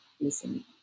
listen